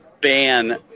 ban